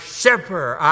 shepherd